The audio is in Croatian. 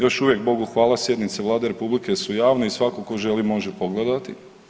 Još uvijek Bogu hvala sjednice Vlade Republike su javne i svatko tko želi može pogledati.